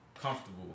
comfortable